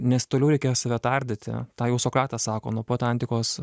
nes toliau reikės save tardyti tą jau sokratas sako nuo pat antikos